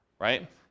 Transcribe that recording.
right